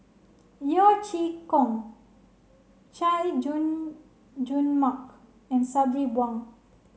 Yeo Chee Kiong Chay Jung Jun Mark and Sabri Buang